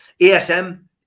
asm